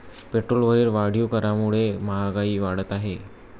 पेट्रोलवरील वाढीव करामुळे महागाई वाढत आहे